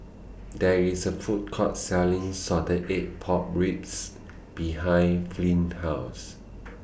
There IS A Food Court Selling Salted Egg Pork Ribs behind Flint's House